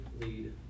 lead